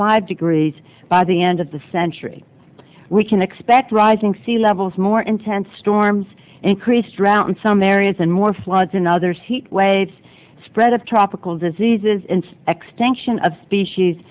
five degrees by the end of the century we can expect rising sea levels more intense storms increased drought in some areas and more floods in others heat waves spread of tropical diseases and extinction of species